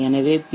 எனவே பி